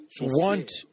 want